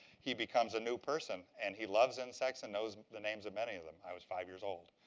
he becomes a new person. and he loves insects and knows the names of many of them. i was five years old.